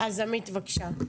עמית, בבקשה.